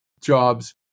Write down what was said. jobs